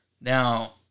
Now